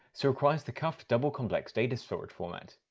so requires the cufftdoublecomplex data storage format.